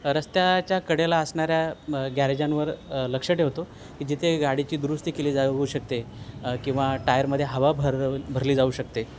रस्त्याच्या कडेला असणाऱ्या गॅरेजांवर लक्ष ठेवतो की जिथे गाडीची दुरुस्ती केली जा होऊ शकते किंवा टायरमध्ये हवा भर भरली जाऊ शकते